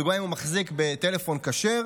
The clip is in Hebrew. לדוגמה אם הוא מחזיק בטלפון כשר,